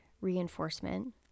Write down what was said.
reinforcement